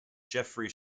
geoffrey